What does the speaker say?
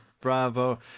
Bravo